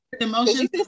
emotions